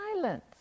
silence